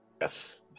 Yes